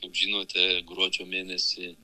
kaip žinote gruodžio mėnesį